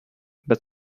but